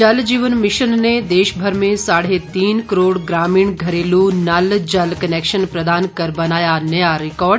जल जीवन मिशन ने देशभर में साढ़े तीन करोड़ ग्रामीण घरेलू नल जल कनेक्शन प्रदान कर बनाया नया रिकॉर्ड